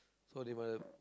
so they will